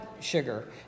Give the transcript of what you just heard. sugar